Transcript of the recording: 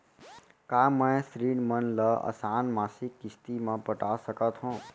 का मैं ऋण मन ल आसान मासिक किस्ती म पटा सकत हो?